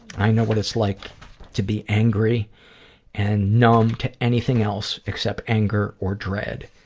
i know what it's like to be angry and numb to anything else except anger or dread,